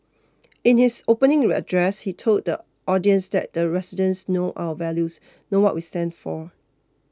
in his opening address he told the audience that the residents know our values know what we stand for